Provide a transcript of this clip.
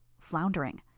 floundering